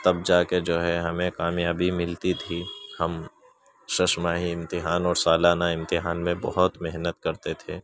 تب جاکے ہمیں جو ہے کامیابی ملتی تھی ہم ششماہی امتحانوں اور سالانہ امتحان میں بہت محنت کرتے تھے